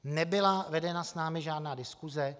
Nebyla vedena s námi žádná diskuse.